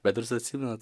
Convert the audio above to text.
bet ar jūs atsimenat